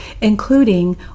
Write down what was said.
including